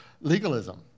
legalism